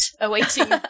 Awaiting